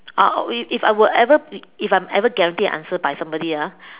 uh if I were if I am guaranteed an answer by somebody ah